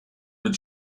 mit